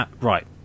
right